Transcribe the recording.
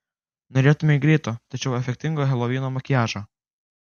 norėtumei greito tačiau efektingo helovino makiažo